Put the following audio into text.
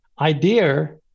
idea